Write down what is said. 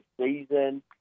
season